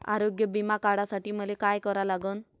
आरोग्य बिमा काढासाठी मले काय करा लागन?